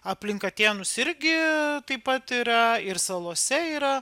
aplink atėnus irgi taip pat yra ir salose yra